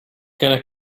gonna